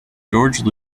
george